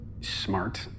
Smart